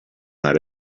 night